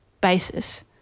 basis